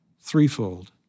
Threefold